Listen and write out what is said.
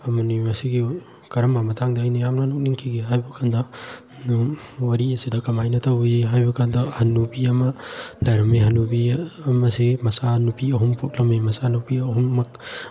ꯑꯃꯅꯤ ꯃꯁꯤꯒꯤ ꯀꯔꯝꯕ ꯃꯇꯥꯡꯗ ꯑꯩꯅ ꯌꯥꯝꯅ ꯅꯣꯛꯅꯤꯡꯈꯤꯒꯦ ꯍꯥꯏꯕꯀꯥꯟꯗ ꯑꯗꯨꯝ ꯋꯥꯔꯤ ꯑꯁꯤꯗ ꯀꯃꯥꯏꯅ ꯇꯧꯏ ꯍꯥꯏꯕꯀꯥꯟꯗ ꯍꯅꯨꯕꯤ ꯑꯃ ꯂꯩꯔꯝꯃꯤ ꯍꯅꯨꯕꯤ ꯑꯃꯁꯤ ꯃꯆꯥꯅꯨꯄꯤ ꯑꯍꯨꯝ ꯄꯣꯛꯂꯝꯃꯤ ꯃꯆꯥꯅꯨꯄꯤ ꯑꯍꯨꯝꯃꯛ